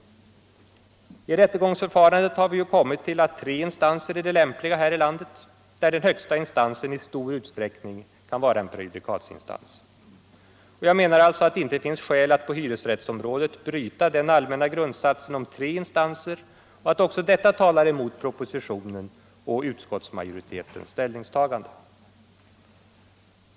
Beträffande rättegångsförfarandet har vi ju kommit till att tre instanser är det lämpliga här i landet, där den högsta instansen i stor utsträckning kan vara en prejudikatinstans. Jag menar alltså att det inte finns skäl att på hyresrättsområdet bryta den allmänna grundsatsen om tre instanser och att även detta talar emot propositionen och utskottsmajoritetens ställningstagande.